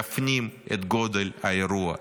להפנים את גודל האירוע,